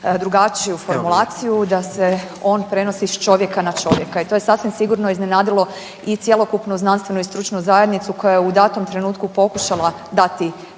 drugačiju formulaciju da se on prenosi s čovjeka na čovjeka i to je sasvim sigurno iznenadilo i cjelokupnu znanstvenu i stručnu zajednicu koja je u datom trenutkom pokušala dati